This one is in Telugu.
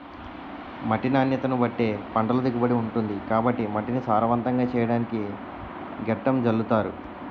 మట్టి నాణ్యతను బట్టే పంటల దిగుబడి ఉంటుంది కాబట్టి మట్టిని సారవంతంగా చెయ్యడానికి గెత్తం జల్లుతారు